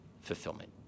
fulfillment